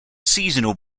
seasonal